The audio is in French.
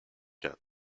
quatre